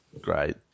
great